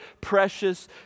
precious